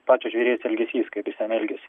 pačio žvėries elgesys kaip jis ten elgiasi